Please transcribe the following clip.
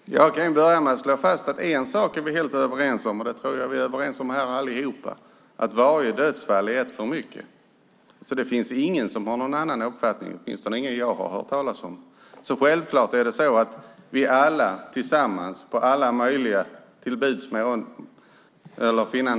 Herr talman! Jag kan börja med att slå fast att en sak är vi helt överens om, och det tror jag att vi är överens om allihop, nämligen att varje dödsfall är ett för mycket. Det finns ingen som har någon annan uppfattning, åtminstone ingen som jag har hört talas om. Självklart är det så att vi alla tillsammans på alla